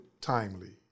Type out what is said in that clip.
timely